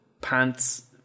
pants